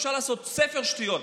אפשר לעשות ספר שטויות.